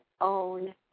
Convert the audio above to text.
own